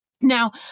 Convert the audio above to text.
Now